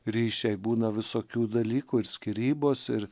ryšiai būna visokių dalykų ir skyrybos ir